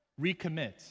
recommit